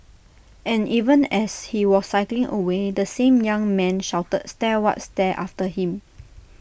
and even as he was cycling away the same young man shouted stare what stare after him